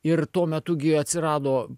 ir tuo metu gi atsirado